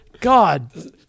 God